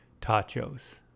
tachos